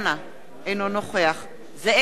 אינו נוכח זאב אלקין,